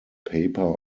paper